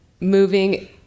moving